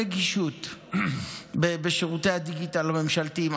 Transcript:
נגישות עד הסוף של שירותי הדיגיטל הממשלתיים.